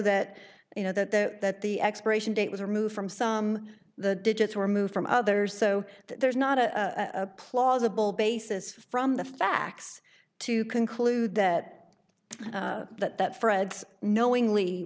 that you know that the expiration date was removed from some the digits removed from others so there's not a plausible basis from the facts to conclude that that that fred's knowingly